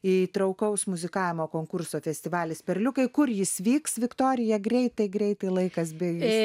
įtraukaus muzikavimo konkurso festivalis perliukai kur jis vyks viktorija greitai greitai laikas baigias